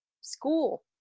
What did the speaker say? school